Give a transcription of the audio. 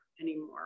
anymore